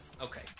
okay